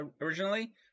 originally